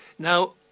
Now